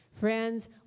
Friends